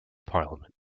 parliament